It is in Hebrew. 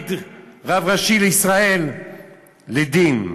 להעמיד רב ראשי לישראל לדין?